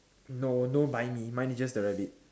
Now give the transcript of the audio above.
no buy me mine is just the rabbit